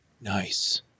Nice